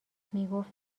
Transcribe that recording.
میگفت